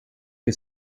che